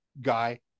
guy